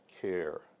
care